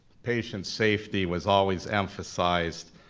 patient safety was always emphasized.